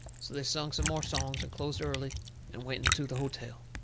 so they sung some more songs and closed early and went into the hotel.